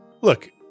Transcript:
Look